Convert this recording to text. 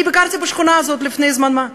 אני ביקרתי בשכונה הזאת לפני זמן מה,